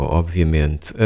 obviamente